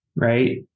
right